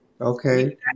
Okay